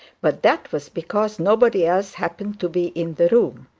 but that was because nobody else happened to be in the room.